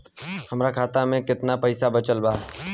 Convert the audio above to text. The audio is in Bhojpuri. हमरा खाता मे केतना पईसा बचल बा?